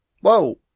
Whoa